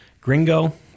Gringo